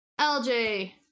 LJ